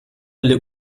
alle